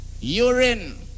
urine